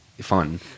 fun